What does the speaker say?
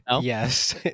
yes